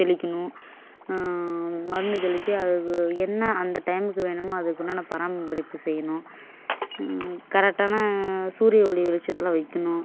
தெளிக்கணும் மருந்து தெளித்து அது என்ன அந்த டைமுக்கு வேணுமோ அதுக்கு நம்ம பராமரிப்பு செய்யணும் கரெக்டான சூரிய ஒளி வெளிச்சத்தில் வைக்கணும்